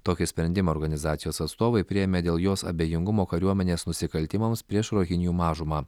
tokį sprendimą organizacijos atstovai priėmė dėl jos abejingumo kariuomenės nusikaltimams prieš rohinijų mažumą